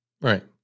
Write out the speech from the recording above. Right